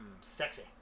Sexy